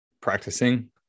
practicing